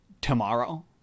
tomorrow